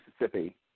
Mississippi